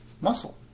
muscle